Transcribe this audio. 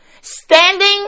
standing